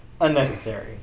unnecessary